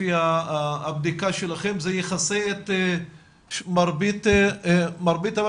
לפי הבדיקה שלכם זה יכסה את מרבית הבתים?